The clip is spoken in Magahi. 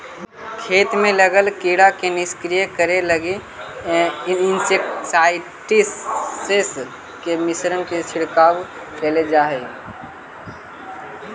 खेत में लगल कीड़ा के निष्क्रिय करे लगी इंसेक्टिसाइट्स् के मिश्रण के छिड़काव कैल जा हई